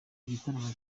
igitaramo